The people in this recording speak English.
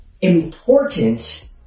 important